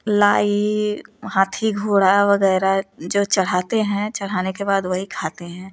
लाई हाथी घोड़ा वगैरह जो चढ़ाते हैं चढ़ाने के बाद वही खाते हैं